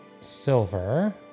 silver